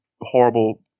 horrible